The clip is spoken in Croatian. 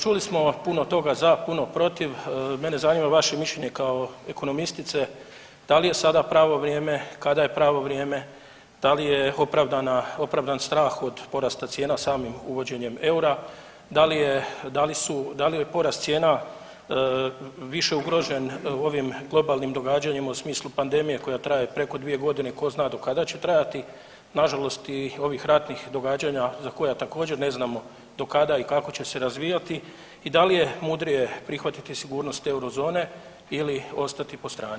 Čuli smo puno toga za, puno protiv, mene zanima vaše mišljenje kao ekonomistice da li je sada pravo vrijeme, kada je pravo vrijeme, da li je opravdan strah od porasta cijena samim uvođenjem eura, da li je porast cijena više ugrožen ovim globalnim događanjima u smislu pandemije koja traje preko dvije godine i ko zna do kada će trajati, nažalost i ovih ratnih događanja za koja također ne znamo do kada i kako će se razvijati i da li je mudrije prihvatiti sigurnost eurozone ili ostati po strani?